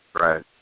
Right